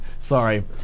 Sorry